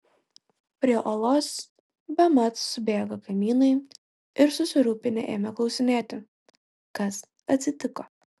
prie olos bemat subėgo kaimynai ir susirūpinę ėmė klausinėti kas atsitiko